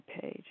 page